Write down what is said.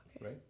right